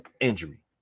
injury